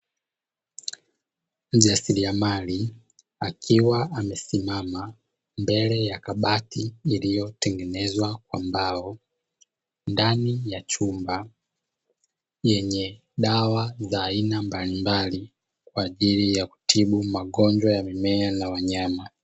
Mjasilia mali akiwa amesimama mbele ya kabati iliyotengenezwa kwa mbao ndani ya chumba yenye dawa za aina mbalimbali, kwajili ya kutibu magonjwa ya mimea na wanyama.